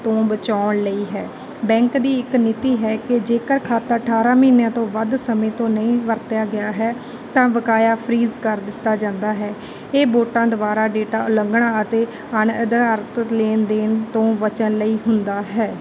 ਤੋਂ ਬਚਾਉਣ ਲਈ ਹੈ ਬੈਂਕ ਦੀ ਇੱਕ ਨੀਤੀ ਹੈ ਕਿ ਜੇਕਰ ਖਾਤਾ ਅਠਾਰ੍ਹਾਂ ਮਹੀਨਿਆਂ ਤੋਂ ਵੱਧ ਸਮੇਂ ਤੋਂ ਨਹੀਂ ਵਰਤਿਆ ਗਿਆ ਹੈ ਤਾਂ ਬਕਾਇਆ ਫ੍ਰੀਜ਼ ਕਰ ਦਿੱਤਾ ਜਾਂਦਾ ਹੈ ਇਹ ਵੋਟਾਂ ਦੁਆਰਾ ਡੇਟਾ ਉਲੰਘਣਾ ਅਤੇ ਅਣਅਧਿਕਾਰਤ ਲੈਣ ਦੇਣ ਤੋਂ ਬਚਣ ਲਈ ਹੁੰਦਾ ਹੈ